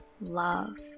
love